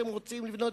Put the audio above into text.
אתם רוצים לבנות,